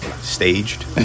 staged